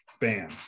bam